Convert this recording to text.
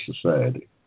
society